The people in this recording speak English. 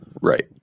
right